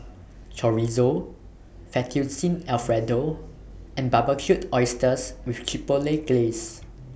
Chorizo Fettuccine Alfredo and Barbecued Oysters with Chipotle Glaze